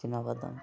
ଚିନାବାଦାମ